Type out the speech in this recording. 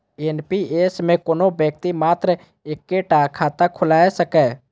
NPS मे कोनो व्यक्ति मात्र एक्के टा खाता खोलाए सकैए